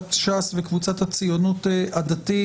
קבוצת ש"ס וקבוצת הציונות הדתית.